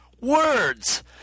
Words